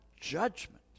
judgment